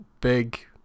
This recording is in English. big